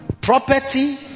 property